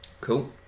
cool